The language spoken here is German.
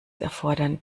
erfordern